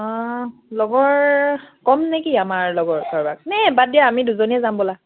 লগৰ ক'ম নেকি আমাৰ লগৰ কাৰোবাক নে বাদ দিয়া আমি দুজনীয়ে যাম ব'লা